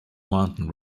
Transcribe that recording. mountain